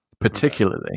particularly